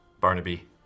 Barnaby